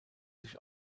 sich